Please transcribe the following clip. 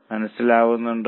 മനസ്സിലാവുന്നുണ്ടോ